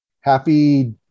Happy